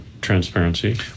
transparency